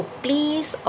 please